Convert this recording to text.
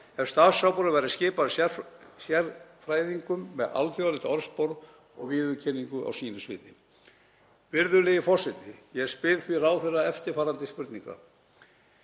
ef starfshópurinn væri skipaður sérfræðingum með alþjóðlegt orðspor og viðurkenningu á sínu sviði. Virðulegi forseti. Ég spyr því ráðherra eftirfarandi spurninga: